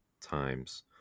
times